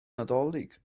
nadolig